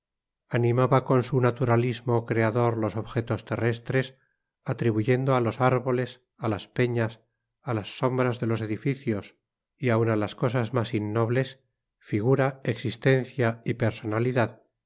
animaba con su naturalismo creador los objetos terrestres atribuyendo a los árboles a las peñas a las sombras de los edificios y aun a las cosas más innobles figura existencia y personalidad